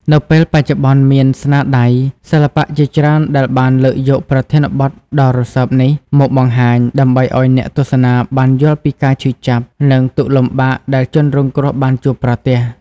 នៅពេលបច្ចុប្បន្នមានស្នាដៃសិល្បៈជាច្រើនដែលបានលើកយកប្រធានបទដ៏រសើបនេះមកបង្ហាញ ដើម្បីឲ្យអ្នកទស្សនាបានយល់ពីការឈឺចាប់ និងទុក្ខលំបាកដែលជនរងគ្រោះបានជួបប្រទះ។